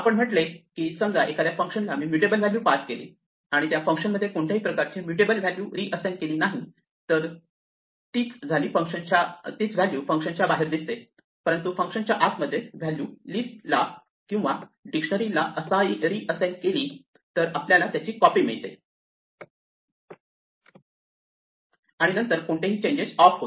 आपण म्हटले की समजा एखाद्या फंक्शनला मी म्यूटेबल व्हॅल्यू पास केली आणि त्या फंक्शनमध्ये कोणत्याही प्रकारचे म्यूटेबल व्हॅल्यू रीअसाइन केली नाही तर तीच व्हॅल्यू फंक्शनच्या बाहेर दिसते परंतु फंक्शन च्या आत मध्ये व्हॅल्यू लिस्ट ला किंवा डिक्शनरी ला रीअसाइन केली तर आपल्याला त्याची कॉपी मिळते आणि त्यानंतर कोणतेही चेंजेस ऑफ होतात